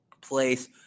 place